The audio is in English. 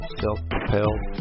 self-propelled